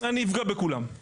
אני אפגע בכולם.